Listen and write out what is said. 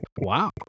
Wow